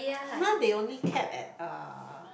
now they only capped at uh